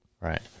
Right